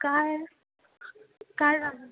काय काय झालं